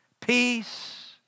peace